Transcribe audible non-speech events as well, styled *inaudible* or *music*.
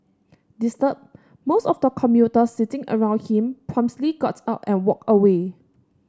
disturbed most of the commuters sitting around him *unintelligible* got up and walked away